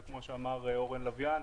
וכמו שאמר אורן לביאן,